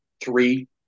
three